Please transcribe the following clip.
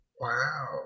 Wow